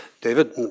David